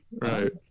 Right